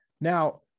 now